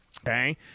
okay